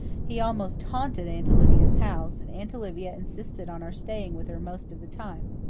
he almost haunted aunt olivia's house, and aunt olivia insisted on our staying with her most of the time.